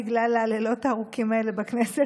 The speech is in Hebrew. בגלל הלילות הארוכים האלה בכנסת,